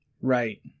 Right